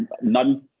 None